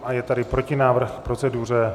A je tady protinávrh k proceduře.